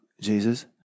Jesus